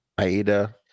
Aida